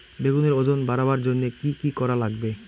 বেগুনের ওজন বাড়াবার জইন্যে কি কি করা লাগবে?